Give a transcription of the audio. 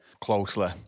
closely